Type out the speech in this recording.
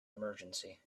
emergency